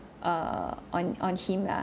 err on on him lah